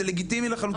זה לגיטימי לחלוטין.